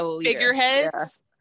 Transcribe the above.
figureheads